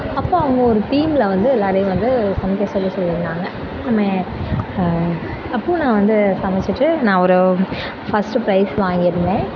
அப்போது அங்கே ஒரு டீமில் வந்து எல்லாரையும் வந்து சமைக்க சொல்லி சொல்லியிருந்தாங்க அப்போது நான் வந்து சமைச்சிட்டு நான் ஒரு ஃபஸ்ட்டு ப்ரைஸ் வாங்கியிருந்தேன்